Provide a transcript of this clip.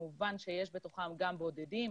כמובן שיש בתוכם גם בודדים.